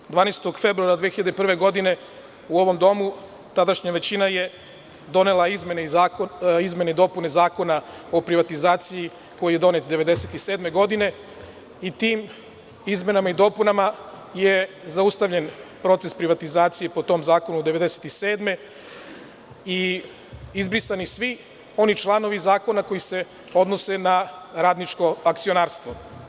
Dana, 12. februara 2001. godine u ovom domu tadašnja većina je donela izmene i dopune Zakona o privatizaciji, koji je donet 1997. godine i tim izmenama i dopunama je zaustavljen proces privatizacije po tom zakonu 1997. godine i izbrisani svi oni članovi zakona koji se odnose na radničko akcionarstvo.